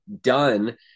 done